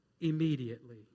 Immediately